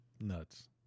nuts